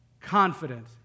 confident